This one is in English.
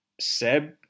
Seb